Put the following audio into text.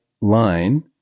line